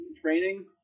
training